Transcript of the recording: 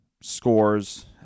scores